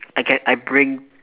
I get I bring